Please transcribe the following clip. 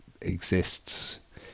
exists